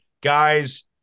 guys